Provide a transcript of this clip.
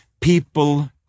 people